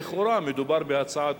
ולכאורה מדובר בהצעה טובה,